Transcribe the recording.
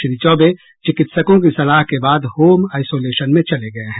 श्री चौबे ने चिकित्सकों की सलाह के बाद होम आईसोलेशन में चले गये हैं